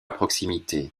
proximité